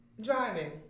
Driving